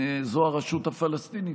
שזו הרשות הפלסטינית,